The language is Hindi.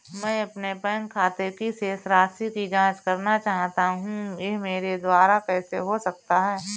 मैं अपने बैंक खाते की शेष राशि की जाँच करना चाहता हूँ यह मेरे द्वारा कैसे हो सकता है?